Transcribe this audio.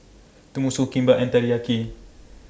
Tenmusu Kimbap and Teriyaki